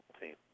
team